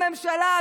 הממשלה,